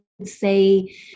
say